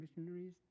missionaries